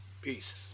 Peace